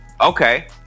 okay